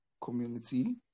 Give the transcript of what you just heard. community